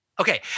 Okay